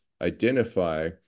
identify